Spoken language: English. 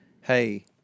hey